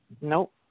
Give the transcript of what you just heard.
Nope